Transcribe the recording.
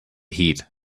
heat